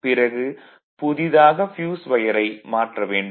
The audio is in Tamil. பிறகு புதிதாக ப்யூஸ் வையரை மாற்ற வேண்டும்